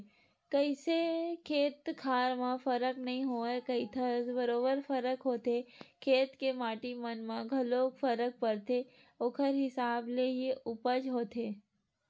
कइसे खेत खार म फरक नइ होवय कहिथस बरोबर फरक होथे खेत के माटी मन म घलोक फरक परथे ओखर हिसाब ले ही उपज होथे